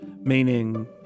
meaning